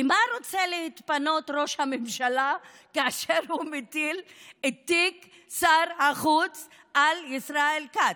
למה רוצה להתפנות ראש הממשלה כאשר הוא מטיל את תיק שר החוץ על ישראל כץ?